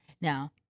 Now